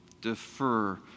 Defer